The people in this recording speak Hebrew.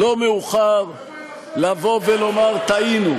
חבר'ה, לא מאוחר לבוא ולומר: טעינו,